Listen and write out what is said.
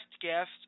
guest